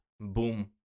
boom